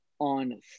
on